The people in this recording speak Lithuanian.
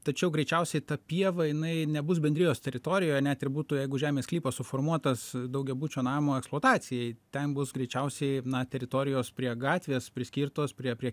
tačiau greičiausiai ta pieva jinai nebus bendrijos teritorijoje net ir būtų jeigu žemės sklypas suformuotas daugiabučio namo eksploatacijai ten bus greičiausiai na teritorijos prie gatvės priskirtos prie prie